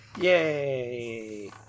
Yay